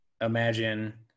imagine